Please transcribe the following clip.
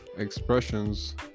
expressions